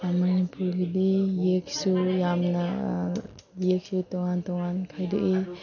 ꯃꯅꯤꯄꯨꯔꯒꯤꯗꯤ ꯌꯦꯛꯁꯨ ꯌꯥꯝꯅ ꯌꯦꯛꯁꯨ ꯇꯣꯉꯥꯟ ꯇꯣꯉꯥꯟ ꯈꯥꯏꯗꯣꯛꯏ